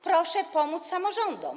Proszę pomóc samorządom.